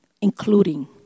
Including